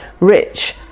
rich